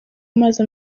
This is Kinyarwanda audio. amazi